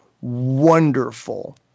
wonderful